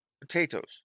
Potatoes